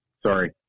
Sorry